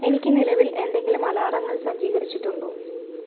എനിക്ക് നിലവിൽ എന്തെങ്കിലും അലാറങ്ങൾ സജ്ജീകരിച്ചിട്ടുണ്ടോ